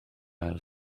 ail